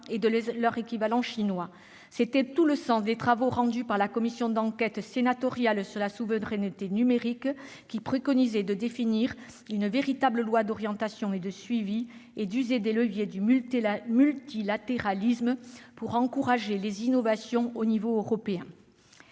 et de leur équivalent chinois. C'était tout le sens des travaux rendus par la commission d'enquête sénatoriale sur la souveraineté numérique, qui préconisait de définir une véritable loi d'orientation et de suivi et d'user des leviers du multilatéralisme pour encourager les innovations au niveau européen.